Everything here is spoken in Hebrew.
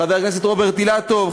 חבר הכנסת רוברט אילטוב,